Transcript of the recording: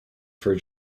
for